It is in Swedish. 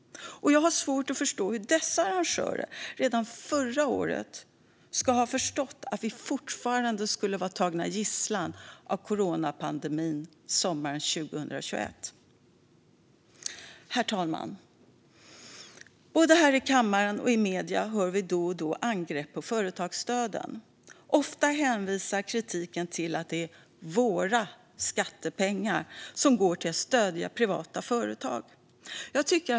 Jag har svårt att förstå hur dessa arrangörer redan förra året skulle ha kunnat förstå att coronapandemin fortfarande skulle hålla oss gisslan sommaren 2021. Herr talman! Både här i kammaren och i medierna hör vi då och då angrepp på företagsstöden. Ofta hänvisar kritiker till att det är vad de kallar för våra skattepengar som går till att stödja privata företag.